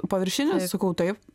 paviršinis sakau taip